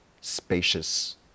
spacious